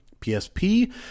PSP